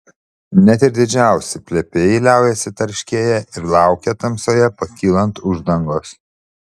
net ir didžiausi plepiai liaujasi tarškėję ir laukia tamsoje pakylant uždangos